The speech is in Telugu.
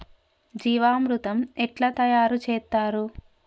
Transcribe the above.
జీవామృతం ఎట్లా తయారు చేత్తరు?